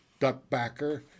Duckbacker